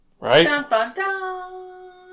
Right